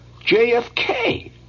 JFK